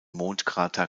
mondkrater